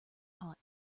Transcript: hot